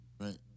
Right